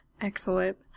excellent